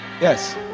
Yes